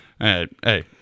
Hey